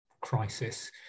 crisis